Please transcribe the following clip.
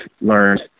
learned